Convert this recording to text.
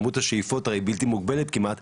כמות השאיפות בלתי מוגבלת כמעט,